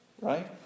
Right